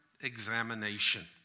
examination